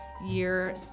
year